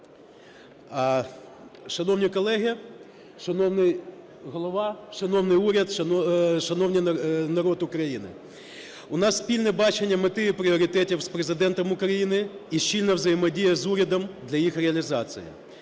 Шановні колеги, шановний Голова, шановний уряд, шановний народ України! У нас спільне бачення мети і пріоритетів з Президентом України і щільна взаємодія з урядом для їх реалізації.